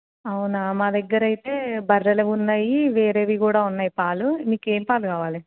అవునా మా దగ్గర అయితే బర్రెలవున్నాయి వేరేవి కూడా ఉన్నాయి పాలు మీకు ఏ పాలు కావాలి